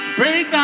break